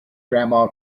grandma